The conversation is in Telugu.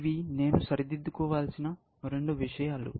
ఇవి నేను సరిదిద్దుకోవలసిన రెండు విషయాలు